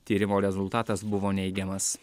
tyrimo rezultatas buvo neigiamas